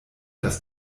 das